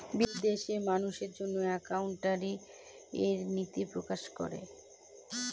বিদেশে মানুষের জন্য একাউন্টিং এর নীতি প্রকাশ করে